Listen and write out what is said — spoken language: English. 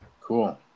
Cool